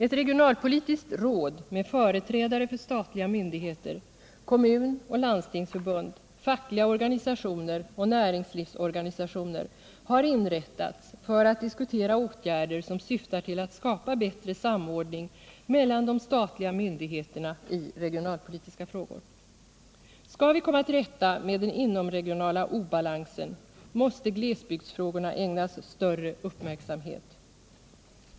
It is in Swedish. Ett regionalpolitiskt råd med företrädare för statliga myndigheter, Kommunförbundet och Landstingsförbundet, fackliga organisationer och näringslivsorganisationer har inrättats för att diskutera åtgärder som syftar till att skapa bättre samordning mellan de statliga myndigheterna i regionalpolitiska frågor. Skall vi komma till rätta med den inomregionala obalansen måste glesbygdsfrågorna ägnas större uppmärksamhet.